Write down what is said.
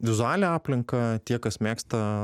vizualią aplinką tie kas mėgsta